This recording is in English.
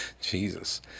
jesus